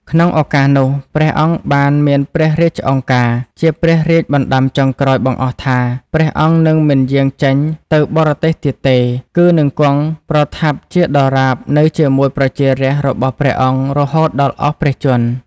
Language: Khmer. ក្នុងឱកាសនោះ ព្រះអង្គបានមានព្រះរាជឱង្ការ ជាព្រះរាជបណ្ដាំចុងក្រោយបង្អស់ថា ព្រះអង្គនឹងមិនយាងចេញទៅបរទេសទៀតទេ គឺនឹងគង់ប្រថាប់ជាដរាបនៅជាមួយប្រជារាស្ត្ររបស់ព្រះអង្គរហូតដល់អស់ព្រះជន្ម។